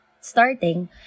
starting